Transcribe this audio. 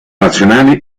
nazionali